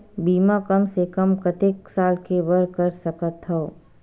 बीमा कम से कम कतेक साल के बर कर सकत हव?